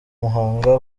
muhanga